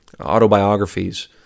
autobiographies